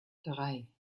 drei